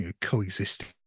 coexisting